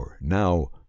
now